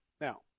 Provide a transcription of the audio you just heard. Now